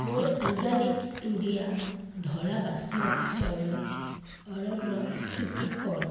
ମୋର organic India ଧଳା ବାସମତୀ ଚାଉଳ ଅର୍ଡ଼ର୍ର ସ୍ଥିତି କ'ଣ